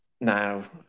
Now